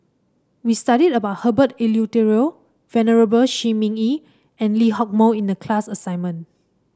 we studied about Herbert Eleuterio Venerable Shi Ming Yi and Lee Hock Moh in the class assignment